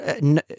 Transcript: no